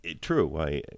true